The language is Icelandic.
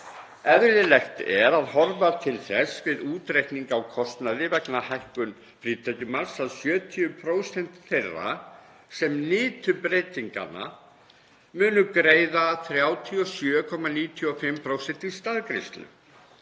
Eðlilegt er að horfa til þess við útreikning á kostnaði vegna hækkun frítekjumarks að 70% þeirra sem nytu breytingarinnar munu greiða 37,95% í staðgreiðslu.